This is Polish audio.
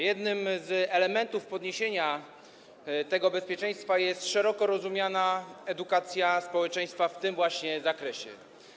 Jednym z elementów podniesienia poziomu tego bezpieczeństwa jest szeroko rozumiana edukacja społeczeństwa w tym właśnie zakresie.